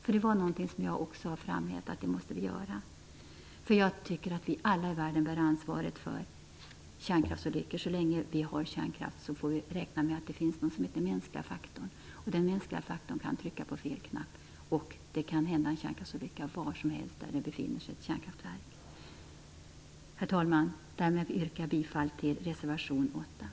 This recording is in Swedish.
Det är också något som jag har framhävt att vi måste göra, för jag tycker att vi alla i världen bär ansvaret för kärnkraftsolyckor. Så länge vi har kärnkraft får vi räkna med att det finns något som heter mänskliga faktorn. Den mänskliga faktorn kan trycka på fel knapp. En kärnkraftsolycka kan hända var som helst där det finns ett kärnkraftverk. Herr talman! Därmed yrkar jag bifall till reservation 8.